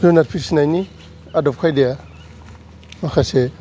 जुनाद फिसिनायनि आदब खायदाया माखासे